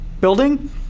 building